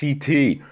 CT